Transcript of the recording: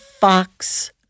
fox